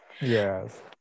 yes